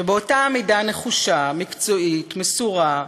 ובאותה עמידה נחושה, מקצועית, מסורה,